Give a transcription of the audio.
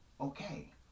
okay